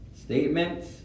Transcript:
statements